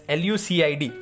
lucid